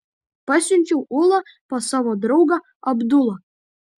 pasiunčiau ulą pas savo draugą abdulą